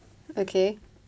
okay